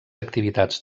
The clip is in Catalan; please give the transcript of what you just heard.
activitats